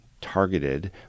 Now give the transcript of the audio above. targeted